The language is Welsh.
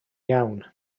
iawn